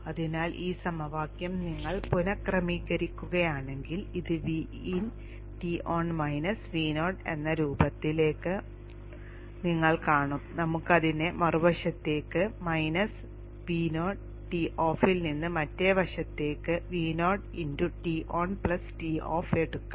അതിനാൽ ഈ സമവാക്യം നിങ്ങൾ പുനഃക്രമീകരിക്കുകയാണെങ്കിൽ ഇത് Vin Ton മൈനസ് Vo എന്ന രൂപത്തിലാണെന്ന് നിങ്ങൾ കാണും നമുക്ക് അതിനെ മറുവശത്തേക്ക് മൈനസ് Vo Toff ൽ നിന്ന് മറ്റേ വശത്തേക്ക് VoTon Toff എടുക്കാം